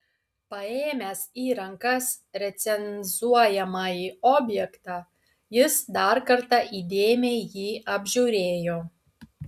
paėmęs į rankas recenzuojamąjį objektą jis dar kartą įdėmiai jį apžiūrėjo